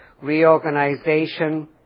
reorganization